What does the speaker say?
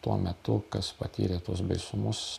tuo metu kas patyrė tuos baisumus